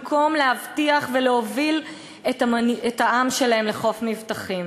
במקום להבטיח ולהוביל את העם שלהם לחוף מבטחים.